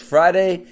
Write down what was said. Friday